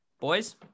Boys